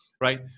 right